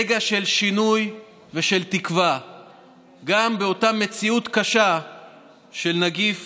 רגע של שינוי ושל תקווה גם באותה מציאות קשה של נגיף